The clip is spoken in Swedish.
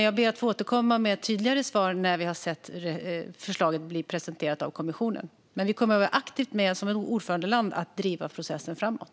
Jag ber att få återkomma med ett tydligare svar när förslaget har presenterats av kommissionen. Men vi kommer som ordförandeland att vara med och aktivt driva processen framåt.